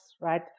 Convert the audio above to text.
right